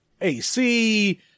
AC